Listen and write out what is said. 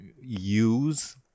use